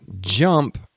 jump